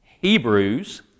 Hebrews